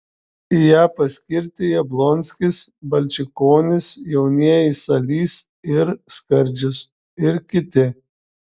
į ją paskirti jablonskis balčikonis jaunieji salys ir skardžius ir kiti